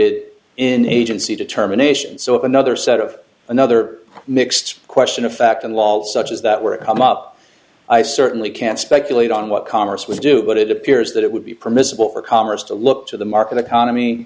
enunciated in agency determination so another set of another mixed question of fact and laws such as that were come up i certainly can't speculate on what congress would do but it appears that it would be permissible for congress to look to the market economy